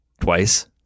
Twice